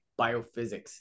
biophysics